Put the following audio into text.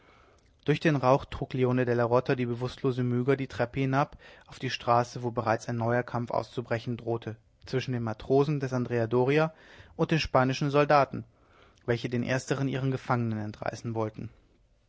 durch den rauch trug leone della rota die bewußtlose myga die treppe hinab auf die straße wo bereits ein neuer kampf auszubrechen drohte zwischen den matrosen des andrea doria und den spanischen soldaten welche den ersteren ihre gefangenen entreißen wollten